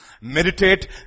meditate